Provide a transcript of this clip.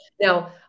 now